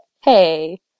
hey